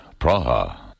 Praha